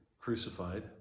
crucified